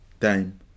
time